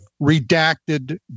redacted